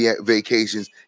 vacations